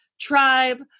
tribe